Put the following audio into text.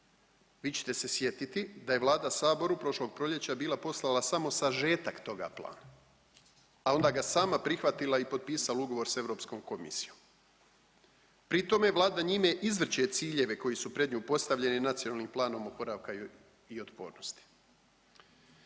Vi ćete se sjetiti da je Vlada saboru prošlog proljeća bila poslala samo sažetak toga plana, a onda ga sama prihvatila i potpisala ugovor s Europskom komisijom. Pri tome Vlada njime izvrće ciljeve koji su pred nju postavljeni NPOO-om. Vidjeli smo, ponovit